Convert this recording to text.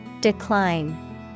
Decline